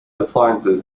appliances